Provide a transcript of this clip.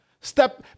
step